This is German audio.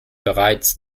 bereits